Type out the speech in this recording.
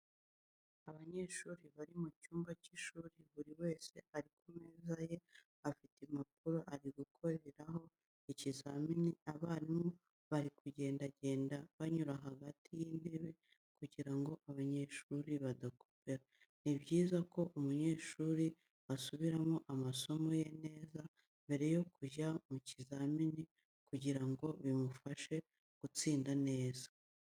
Abanyeshuri bari mu cyumba cy'ishuri buri wese ari ku meza ye afite impapuro ari gukoreraho ikizamini abarimu baragendagenda banyura hagati y'intebe kugira ngo abanyeshuri badakopera. Ni byiza ko umunyeshuri asubiramo amasomo ye neza mbere yo kujya mu kizamini kugira ngo bimufashe gutsinda neza.